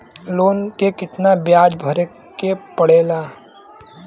Loan के कितना ब्याज भरे के पड़े ला?